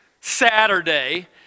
Saturday